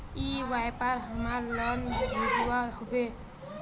ई व्यापार हमार लोन भेजुआ हभे?